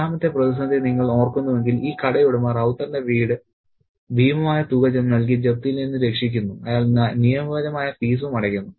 രണ്ടാമത്തെ പ്രതിസന്ധി നിങ്ങൾ ഓർക്കുന്നുവെങ്കിൽ ഈ കടയുടമ റൌത്തറിന്റെ വീട് ഭീമമായ തുക നൽകി ജപ്തിയിൽ നിന്നും രക്ഷിക്കുന്നു അയാൾ നിയമപരമായ ഫീസും അടയ്ക്കുന്നു